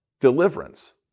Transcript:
deliverance